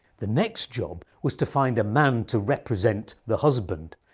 the next job was to find a man to represent the husband.